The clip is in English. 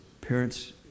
parents